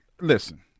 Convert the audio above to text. Listen